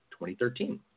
2013